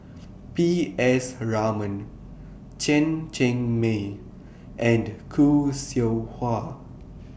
P S Raman Chen Cheng Mei and Khoo Seow Hwa